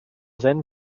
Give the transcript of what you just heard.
then